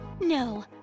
No